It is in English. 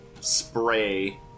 spray